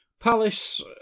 Palace